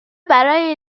برای